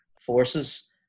forces